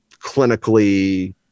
clinically